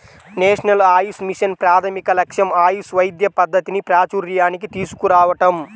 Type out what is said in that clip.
national AYUSH mission ప్రాథమిక లక్ష్యం ఆయుష్ వైద్య పద్ధతిని ప్రాచూర్యానికి తీసుకురావటం